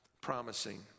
promising